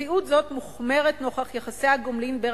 מציאות זאת מוחמרת נוכח יחסי הגומלין בין